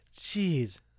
Jeez